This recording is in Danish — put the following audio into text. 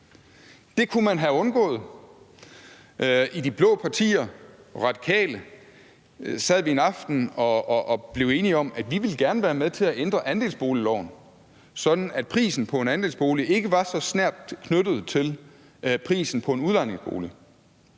Det kunne man have undgået. I de blå partier og med De Radikale sad vi en aften og blev enige om, at vi gerne ville være med til at ændre andelsboligloven, sådan at prisen på en andelsbolig ikke var så tæt knyttet til prisen på en udlejningsbolig,